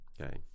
Okay